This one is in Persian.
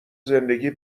زندگی